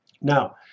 Now